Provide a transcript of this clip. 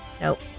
Nope